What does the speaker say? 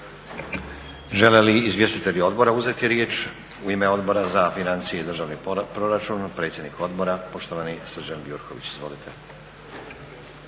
Žele li izvjestitelji odbora uzeti riječ? U ime Odbora za financije i državni proračun predsjednik odbora poštovani Srđan Gjurković. Izvolite.